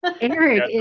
Eric